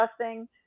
adjusting